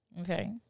okay